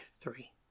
three